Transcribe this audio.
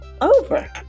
over